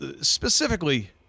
specifically